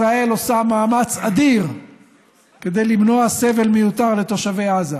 ישראל עושה מאמץ אדיר כדי למנוע סבל מיותר לתושבי עזה.